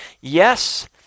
Yes